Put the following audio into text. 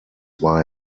war